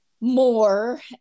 more